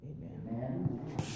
Amen